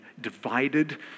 divided